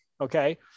Okay